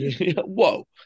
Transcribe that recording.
Whoa